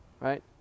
Right